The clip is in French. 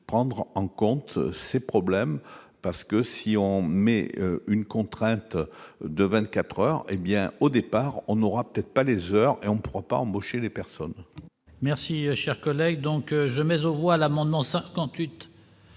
prendre en compte ces problèmes parce que si on met une contrainte de 24 heures et bien au départ, on n'aura peut-être pas les heures et on prend pas embaucher des personnes. Merci, cher collègue, donc je mais aux voix l'amendement 58.